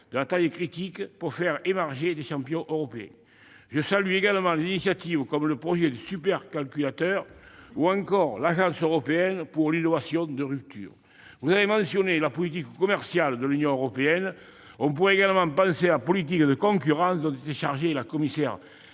de la taille critique pour faire émerger des champions européens. Je salue également les initiatives comme le projet de supercalculateur ou encore l'agence européenne pour l'innovation de rupture. Vous avez mentionné la politique commerciale de l'Union européenne. On pourrait également penser à sa politique de concurrence, dont était chargée la commissaire